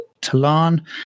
Talan